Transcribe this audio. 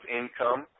income